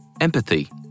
empathy